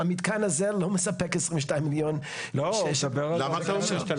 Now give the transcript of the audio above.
המתקן הזה לא מספק עשרים ושניים מיליון --- למה אתה אומר את זה?